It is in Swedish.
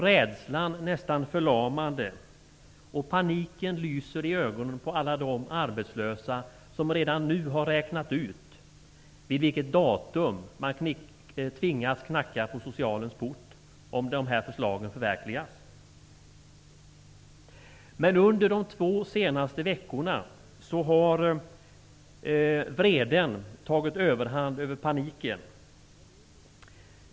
Rädslan är nästan förlamande, och paniken lyser i ögonen på alla de arbetslösa som redan nu har räknat ut vid vilket datum man kommer att tvingas knacka på socialens port, om de här förslagen förverkligas. Men under de två senaste veckorna har vreden tagit överhand över paniken.